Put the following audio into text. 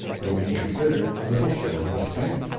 whom he considered little short of a saint.